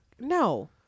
no